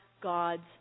God's